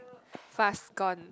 fast gone